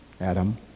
Adam